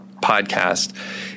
podcast